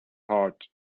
heart